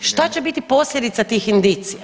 Šta će biti posljedica tih indicija?